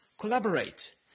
collaborate